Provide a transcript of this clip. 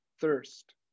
thirst